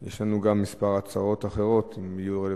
יש לנו גם כמה הצעות אחרות, אם יהיו רלוונטיות.